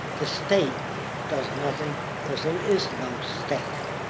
the state does nothing because there is no state.